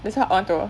that's why I want to